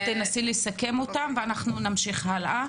תנסי לסכם אותם ואנחנו נמשיך הלאה.